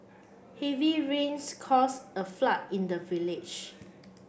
heavy rains cause a flood in the village